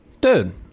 Dude